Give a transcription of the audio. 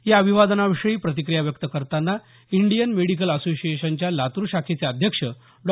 या अभिवादनाविषयी प्रतिक्रिया व्यक्त करताना इंडीयम मेडीकल असोसिएशनच्या लातूर शाखेचे अध्यक्ष डॉ